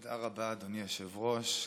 תודה רבה, אדוני היושב-ראש.